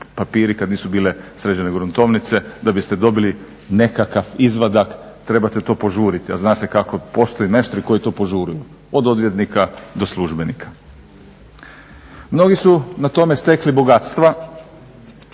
papiri, kada nisu bile sređene gruntovnice da biste dobili nekakav izvadak trebate to požuriti a zna se kako postoje meštri koji to požuruju, od odvjetnika do službenika. Mnogi su na tome stekli bogatstva